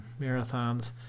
marathons